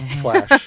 Flash